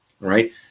right